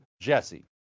JESSE